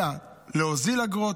אלא להוזיל אגרות,